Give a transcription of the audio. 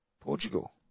Portugal